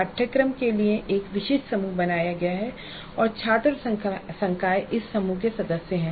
पाठ्यक्रम के लिए एक विशिष्ट समूह बनाया गया है और छात्र और संकाय इस समूह के सदस्य हैं